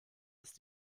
ist